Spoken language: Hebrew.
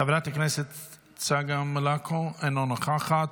חברת הכנסת צגה מלקו, אינה נוכחת,